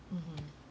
mmhmm